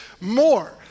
more